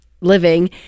living